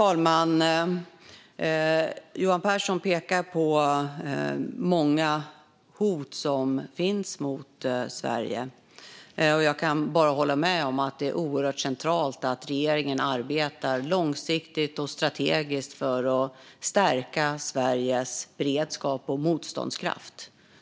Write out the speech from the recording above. Fru talman! Johan Pehrson pekar på många hot som finns mot Sverige. Jag kan bara hålla med om att det är oerhört centralt att regeringen arbetar långsiktigt och strategiskt för att stärka Sveriges beredskap och motståndskraft.